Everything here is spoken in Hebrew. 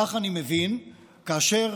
כך אני מבין כאשר